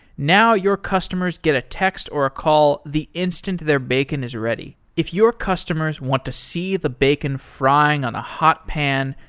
now, your customers get a text or a call the instant their bacon is ready. if your customers want to see the bacon frying on a hot pan,